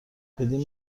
بدین